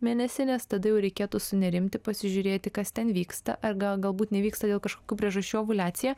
mėnesinės tada jau reikėtų sunerimti pasižiūrėti kas ten vyksta ar ga galbūt nevyksta dėl kažkokių priežasčių ovuliacija